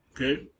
Okay